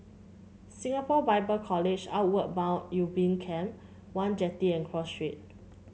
Singapore Bible College Outward Bound Ubin Camp one Jetty and Cross Street